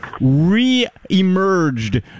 re-emerged